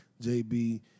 JB